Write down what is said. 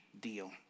deal